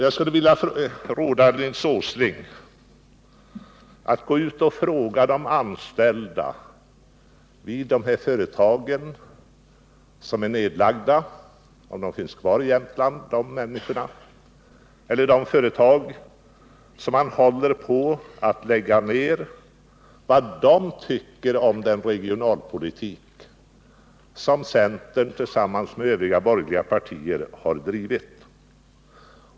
Jag skulle vilja råda Nils Åsling att gå ut och fråga dem som varit anställda vid de företag som är nedlagda —- om de människorna finns kvar i Jämtland — eller de anställda vid företag som håller på att läggas ned, vad de tycker om den regionalpolitik som centern tillsammans med övriga borgerliga partier har drivit.